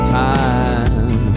time